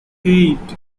eight